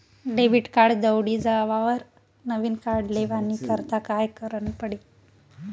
Debit card दवडी जावावर नविन कार्ड लेवानी करता काय करनं पडी?